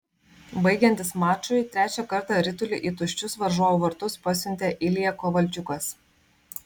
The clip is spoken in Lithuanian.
baigiantis mačui trečią kartą ritulį į tuščius varžovų vartus pasiuntė ilja kovalčiukas